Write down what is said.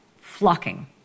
flocking